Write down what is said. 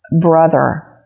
brother